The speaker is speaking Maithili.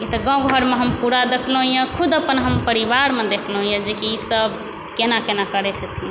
ई तऽ गाँव घरमे पुरा देखलहुँ यऽ खुद हम अपन परिवरमे देखलहुँ यऽ जेकि सब केना केना करै छथिन